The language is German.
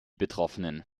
betroffenen